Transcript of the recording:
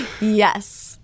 Yes